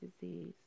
disease